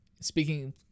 speaking